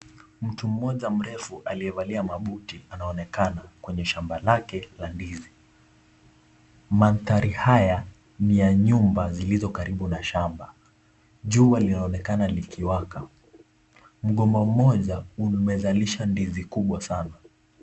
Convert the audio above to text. Mtu mmoja mrefu aliyevalia mabuti anaonekana kwenye shamba lake la ndizi. Mandhari haya ni ya nyumba zilizo karibu na shamba. Jua linaonekana likiwaka. Mgomba mmoja umezalisha ndizi mkubwa sana.